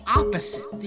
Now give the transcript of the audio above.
opposite